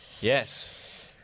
Yes